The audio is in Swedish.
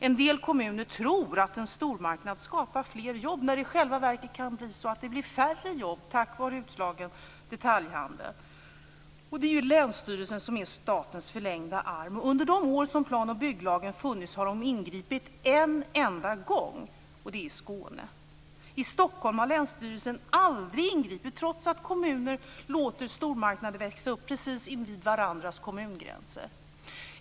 En del kommuner tror att en stormarknad skapar fler jobb när det i själva verket kan bli färre jobb på grund av en utslagen detaljhandel. Det är länsstyrelsen som är statens förlängda arm. Under de år som plan och bygglagen har funnits har man ingripit en enda gång, och det var i Skåne. I Stockholm har länsstyrelsen aldrig ingripit, trots att kommuner låter stormarknader växa upp precis invid varandras kommungränser.